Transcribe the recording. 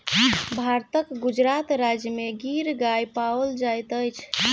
भारतक गुजरात राज्य में गिर गाय पाओल जाइत अछि